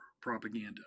propaganda